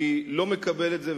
אני לא מקבל את זה,